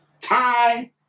time